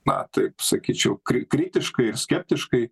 na taip sakyčiau kri kritiškai ir skeptiškai